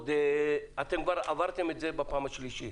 כבר עברתם את זה בפעם השלישית.